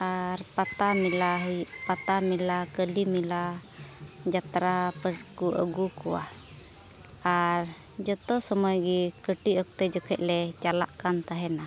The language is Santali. ᱟᱨ ᱯᱟᱛᱟ ᱢᱮᱞᱟ ᱯᱟᱛᱟ ᱢᱮᱞᱟ ᱠᱟᱹᱞᱤ ᱢᱮᱞᱟ ᱡᱟᱛᱨᱟ ᱯᱟᱴᱷ ᱠᱚ ᱟᱹᱜᱩ ᱠᱚᱣᱟ ᱟᱨ ᱡᱚᱛᱚ ᱥᱚᱢᱚᱭ ᱜᱮ ᱠᱟᱹᱴᱤᱡ ᱚᱠᱛᱮ ᱡᱚᱠᱷᱚᱱ ᱞᱮ ᱪᱟᱞᱟᱜ ᱠᱟᱱ ᱛᱟᱦᱮᱱᱟ